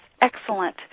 excellent